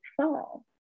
fall